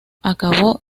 acabó